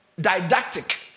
didactic